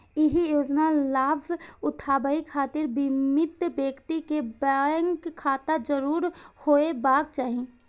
एहि योजनाक लाभ उठाबै खातिर बीमित व्यक्ति कें बैंक खाता जरूर होयबाक चाही